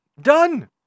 Done